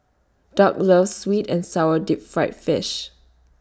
Doug loves Sweet and Sour Deep Fried Fish